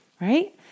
right